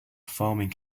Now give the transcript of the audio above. farming